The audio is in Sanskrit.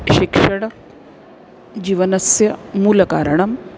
शिक्षणजीवनस्य मूलकारणं